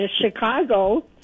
Chicago